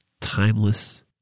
timeless